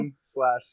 slash